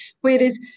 Whereas